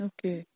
Okay